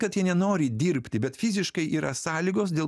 kad jie nenori dirbti bet fiziškai yra sąlygos dėl